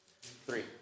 three